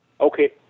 Okay